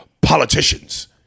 politicians